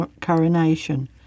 coronation